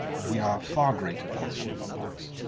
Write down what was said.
we are far greater than the sum of our parts.